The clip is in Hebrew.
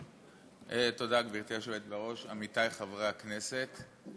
תודה, גברתי היושבת בראש, עמיתי חברי הכנסת,